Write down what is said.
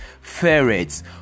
ferrets